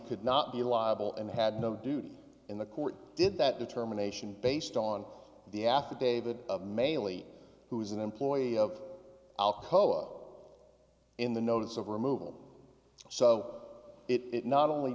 could not be liable and had no duty in the court did that determination based on the affidavit of mainly who is an employee of alcoa in the notice of removal so it not only